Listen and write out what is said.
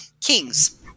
Kings